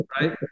Right